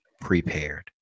prepared